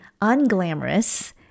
unglamorous